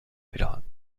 pèlerins